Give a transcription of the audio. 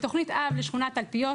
לשוכנת תלפיות